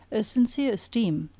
a sincere esteem,